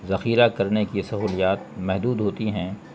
ذخیرہ کرنے کی سہولیات محدود ہوتی ہیں